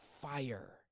fire